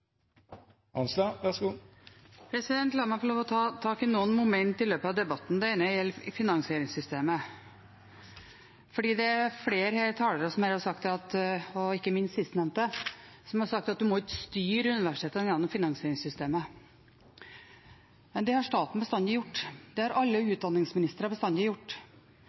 La meg få lov å ta tak i noen momenter som er kommet i løpet av debatten. Det ene gjelder finansieringssystemet, for det er flere talere her – ikke minst siste taler – som har sagt at en ikke må styre universitetene gjennom finansieringssystemet. Men det har staten bestandig gjort. Det har alle utdanningsministre bestandig gjort.